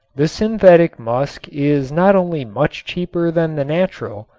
the synthetic musk is not only much cheaper than the natural,